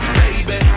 baby